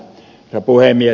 herra puhemies